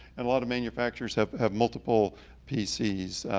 and a lot of manufacturers have have multiple pcs.